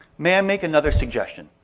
may i make another suggestion?